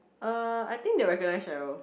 uh I think they recognise Cheryl